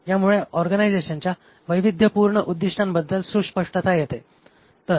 यामुळे ऑर्गनायझेशनच्या वैविद्धयपूर्ण उद्दिष्टांबद्दल सुस्पष्टता येते